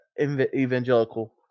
evangelical